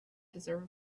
deserve